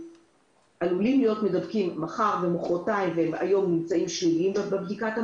שעלולים להיות מדבקים מחר או מוחרתיים אבל היום נמצאים שליליים בבדיקה.